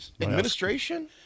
Administration